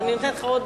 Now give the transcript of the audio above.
אז אני נותנת לך,